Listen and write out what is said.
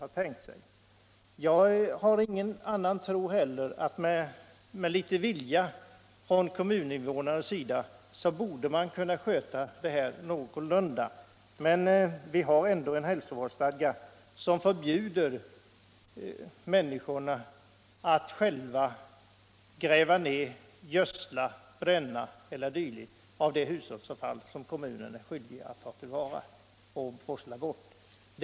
att betala kommunal renhållningsavgift Jag tror inte heller något annat än att man, med litet vilja från kommunernas sida, borde kunna sköta detta någorlunda smidigt. Men vi har ändå en hälsovårdsstadga, som förbjuder människorna att själva gräva ned, gödsla, bränna etc. det hushållsavfall som kommunen är skyldig att ta till vara och forsla bort.